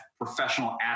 professional